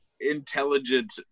intelligent